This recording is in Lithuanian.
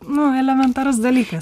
nu elementarus dalykas